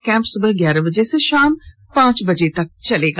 camp सुबह ग्यारह से शाम पांच बजे तक लगेगा